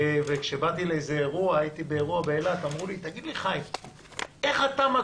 וכשבאתי לאיזה אירוע באילת אמרו לי: תגיד לי,